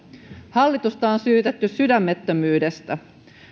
hallitusta on syytetty sydämettömyydestä